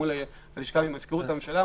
מזכירות הממשלה,